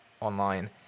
online